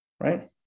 right